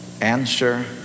answer